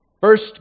first